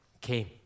came